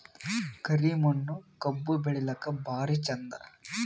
ಕರಿ ಮಣ್ಣು ಕಬ್ಬು ಬೆಳಿಲ್ಲಾಕ ಭಾರಿ ಚಂದ?